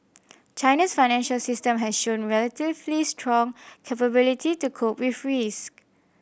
China's financial system has shown relatively strong capability to cope with risk